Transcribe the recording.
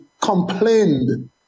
complained